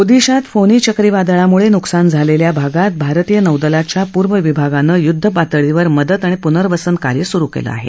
ओदिशात फोनी चक्रीवादळामुळे नुकसान झालेल्या भागात भारतीय नौदलाच्या पूर्व विभागानं युद्ध पातळीवर मदत आणि पुनर्वसन कार्य सुरु केलं आहे